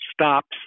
stops